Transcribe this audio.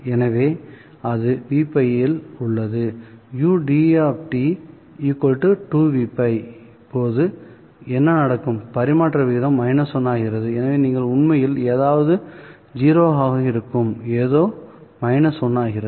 எனவே இது Vπ இல் உள்ளது ud 2Vπ போது என்ன நடக்கும்பரிமாற்ற விகிதம் 1 ஆகிறதுஎனவே நீங்கள் உண்மையில் ஏதாவது 0 ஆக இருக்கும் ஏதோ 1 ஆகிறது